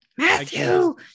Matthew